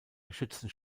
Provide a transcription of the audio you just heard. geschützten